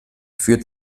führt